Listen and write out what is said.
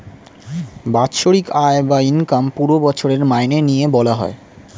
বাৎসরিক আয় বা ইনকাম পুরো বছরের মাইনে নিয়ে বলা হয়